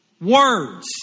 Words